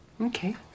Okay